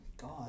God